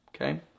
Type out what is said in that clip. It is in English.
Okay